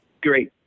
Great